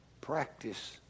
Practice